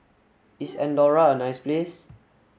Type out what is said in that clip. is Andorra a nice place